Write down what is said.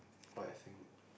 what I think